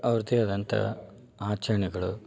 ಅವ್ರ್ದೆ ಆದಂಥ ಆಚರಣೆಗಳು